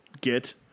get